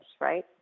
right